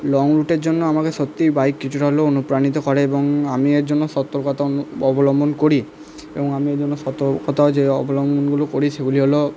লংরুটের জন্য আমাকে সত্যিই বাইক কিছুটা হলেও অনুপ্রাণিত করে এবং আমি এর জন্য সতর্কতা অবলম্বন করি এবং আমি ওই জন্য সতর্কতা যে অবলম্বনগুলো করি সেগুলি হলো